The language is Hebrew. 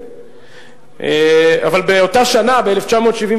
אבל באותה שנה, ב-1979,